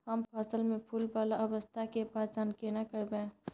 हम फसल में फुल वाला अवस्था के पहचान केना करबै?